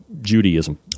judaism